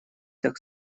так